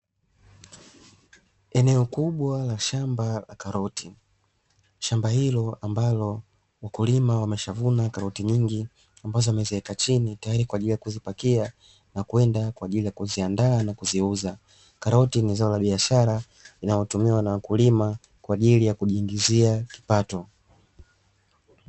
Eneo Kubwa la shamba la karoti, shamba hilo ambalo wakulima wameshavuna karoti nyingi ambazo ameziweka chini tayari kwa ajili ya kuzipakia na kwenda kwa ajili ya kuziandaa na kuziuza, karoti ni zao la biashara inayotumiwa na wakulima kwa ajili ya kujiingizia kipato.